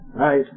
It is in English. Right